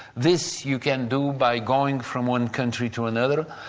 this you can do by going from one country to another,